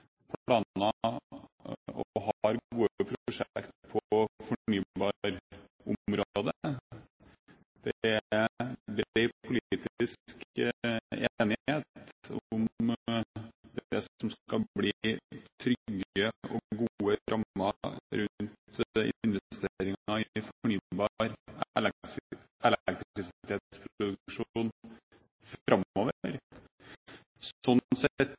og har gode prosjekt på fornybarområdet. Det er bred politisk enighet om det som skal bli trygge og gode rammer rundt investeringer i fornybar elektrisitetsproduksjon framover. Sånn sett